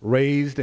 raised